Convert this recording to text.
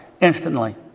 instantly